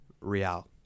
Real